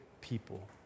people